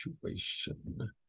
situation